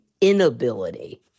inability